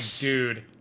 dude